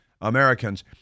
Americans